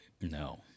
No